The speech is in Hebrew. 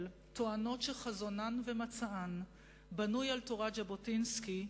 טוענות שחזונן ומצען בנויים על תורת ז'בוטינסקי,